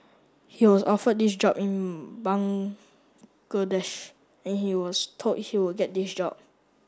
he was offered this job in and he was told he would get this job